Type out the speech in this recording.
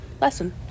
lesson